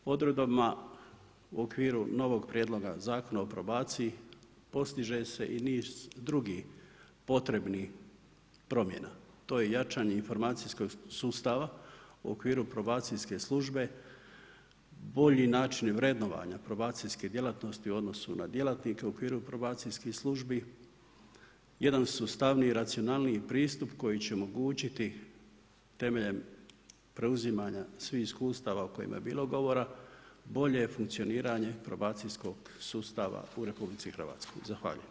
Odredbama u okviru novog Prijedloga zakona o probaciji postiže se i niz drugih potrebnih promjena, to je jačanje informacijskog sustava u okviru probacijske službe, bolji načini vrednovanja probacijske djelatnosti u odnosu na djelatnike u okviru probacijskih službi, jedan sustavniji i racionalniji pristup koji će omogućiti temeljem preuzimanja svih iskustava o kojima je bilo govora bolje funkcioniranje probacijskog sustava u RH.